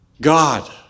God